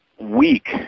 weak